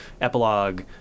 epilogue